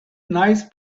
nice